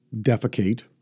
defecate